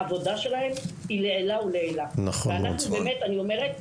העבודה שלהם היא לעילא ולעילא ואנחנו באמת אני אומרת,